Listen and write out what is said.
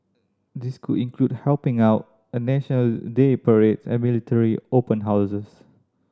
this could include helping out at National Day parade and military open houses